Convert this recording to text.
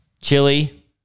Chili